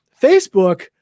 facebook